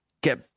get